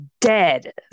dead